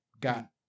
got